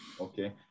Okay